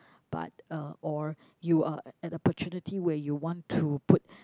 but uh or you are had opportunity where you want to put